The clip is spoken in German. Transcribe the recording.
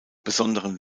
besonderen